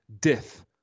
Death